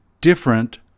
different